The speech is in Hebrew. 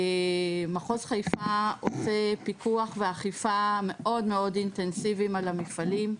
מחוז חיפה עושה פיקוח ואכיפה מאוד אינטנסיביים על המפעלים,